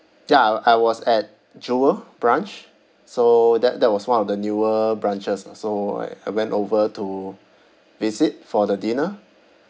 ya uh I was at jewel branch so that that was one of the newer branches lah so I I went over to visit for the dinner